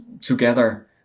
together